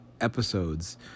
episodes